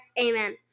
amen